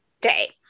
day